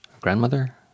grandmother